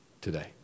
today